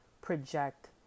project